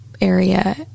area